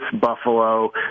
Buffalo